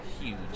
huge